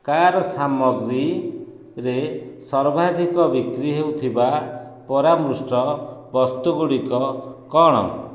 car ସାମଗ୍ରୀ ରେ ସର୍ବାଧିକ ବିକ୍ରି ହେଉଥିବା ପରାମୃଷ୍ଟ ବସ୍ତୁଗୁଡ଼ିକ କଣ